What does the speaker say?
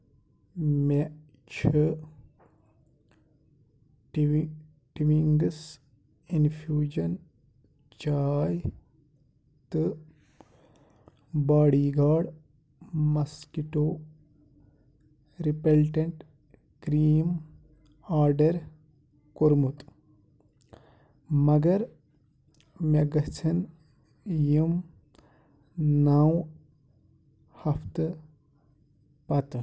مےٚ چھُ ٹُوِ ٹُوِیِنٛگس اِنفیٛوٗجن چاے تہٕ body guard mosquito repellent cream order کوٚرمُت مگر مےٚ گژھن یِم نو ہفتہٕ پتہٕ